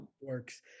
works